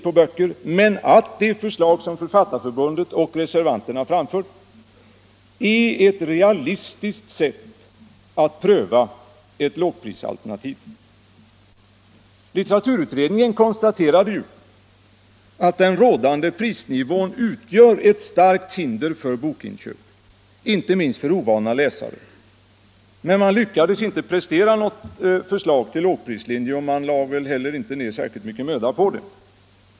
på böcker, men att det förslag som Författarförbundet och reservanterna har lagt fram är ett realistiskt sätt att pröva ett lågprisalternativ. Litteraturutredningen konstaterade att den rådande prisnivån utgör ett starkt hinder för bokinköp, inte minst för ovana bokläsare, men man lyckades inte prestera något förslag till lågprislinje — och man lade väl heller inte ned särskilt stor möda på det.